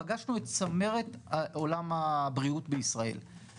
פגשנו את צמרת עולם הבריאות בישראל,